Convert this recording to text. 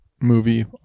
movie